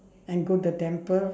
and go the temple